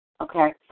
okay